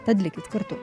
tad likit kartu